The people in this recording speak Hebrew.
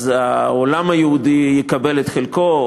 העולם היהודי יקבל את חלקו,